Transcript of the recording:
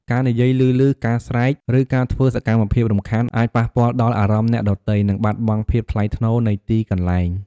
ការនិយាយឮៗ ការស្រែក ឬការធ្វើសកម្មភាពរំខាន អាចប៉ះពាល់ដល់អារម្មណ៍អ្នកដទៃ និងបាត់បង់ភាពថ្លៃថ្នូរនៃទីកន្លែង។